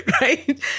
Right